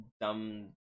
dumb